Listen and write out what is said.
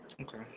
okay